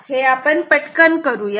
हे आपण पटकन करूया